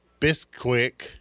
bisquick